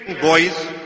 boys